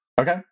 Okay